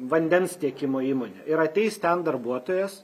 vandens tiekimo įmonė ir ateis ten darbuotojas